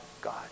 God